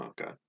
okay